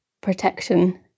protection